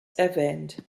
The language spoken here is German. erwähnt